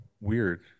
weird